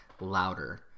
louder